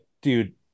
dude